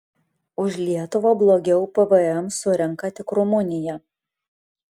už lietuvą blogiau pvm surenka tik rumunija